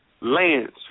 lands